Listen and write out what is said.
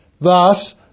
Thus